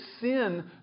sin